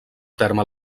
terme